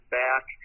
back